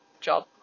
job